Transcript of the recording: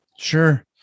Sure